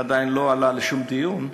שעדיין לא עלה לשום דיון,